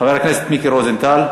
חבר הכנסת מיקי רוזנטל,